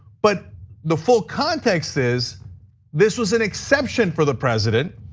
but the full context is this was an exception for the president.